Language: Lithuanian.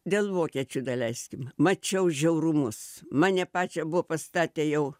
dėl vokiečių daleiskim mačiau žiaurumus mane pačią buvo pastatę jau